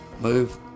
move